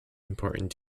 important